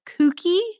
kooky